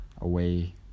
away